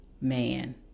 man